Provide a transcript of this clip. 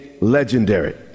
legendary